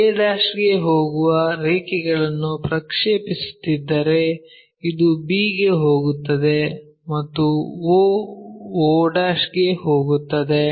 a ಗೆ ಹೋಗುವ ರೇಖೆಗಳನ್ನು ಪ್ರಕ್ಷೇಪಿಸುತ್ತಿದ್ದರೆ ಇದು b ಗೆ ಹೋಗುತ್ತದೆ ಮತ್ತು o o ಗೆ ಹೋಗುತ್ತದೆ